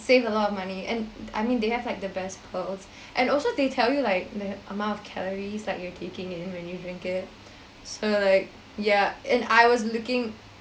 save a lot of money and I mean they have like the best pearls and also they tell you like the amount of calories like you're taking in when you drink it so like yeah and I was looking